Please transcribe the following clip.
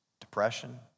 depression